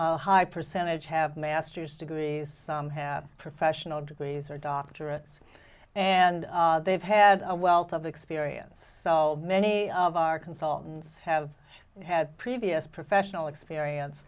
a high percentage have master's degrees some have professional degrees or doctorates and they've had a wealth of experience so many of our consultants have had previous professional experience